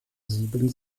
sieben